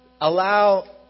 Allow